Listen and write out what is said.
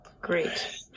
Great